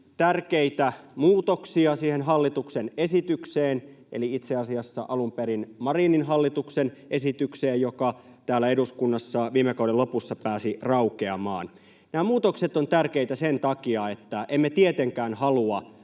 tärkeitä muutoksia siihen hallituksen esitykseen, eli itse asiassa alun perin Marinin hallituksen esitykseen, joka täällä eduskunnassa viime kauden lopussa pääsi raukeamaan. Nämä muutokset ovat tärkeitä sen takia, että emme tietenkään halua